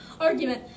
argument